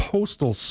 Postal